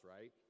right